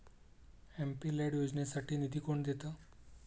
MP LAD योजनेसाठी निधी कोण देतं?